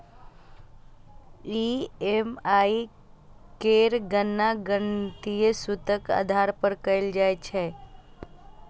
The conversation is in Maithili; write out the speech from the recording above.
ई.एम.आई केर गणना गणितीय सूत्रक आधार पर कैल जाइ छै